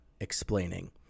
explaining